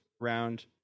round